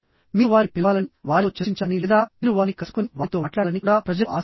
మీరు వారిని పిలవాలని వారితో చర్చించాలని లేదా మీరు వారిని కలుసుకుని వారితో మాట్లాడాలని కూడా ప్రజలు ఆశిస్తారు